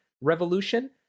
revolution